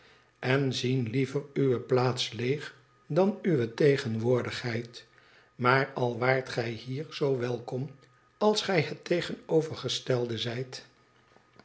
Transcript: en zien liever uwe plaats leeg dan uwe tegenwoordigheid maar al waart gij hier zoo welkom als gij het tegenovergestelde zijt